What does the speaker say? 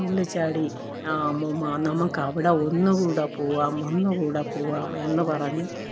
തുള്ളി ചാടി അമ്മൂമ്മ നമുക്ക് അവിടെ ഒന്നുകൂടെ പോവാം ഒന്നുകൂടെ പോവാം എന്നു പറഞ്ഞ്